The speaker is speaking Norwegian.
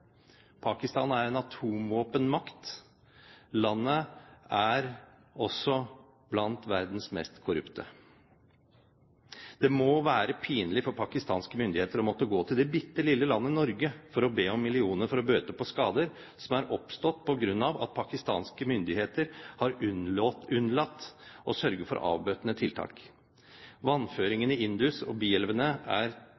Pakistan er en atomvåpenmakt. Landet er også blant verdens mest korrupte. Det må være pinlig for pakistanske myndigheter å måtte gå til det bitte lille landet Norge for å be om millioner for å bøte på skader som er oppstått på grunn av at pakistanske myndigheter har unnlatt å sørge for avbøtende tiltak.